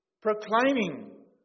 proclaiming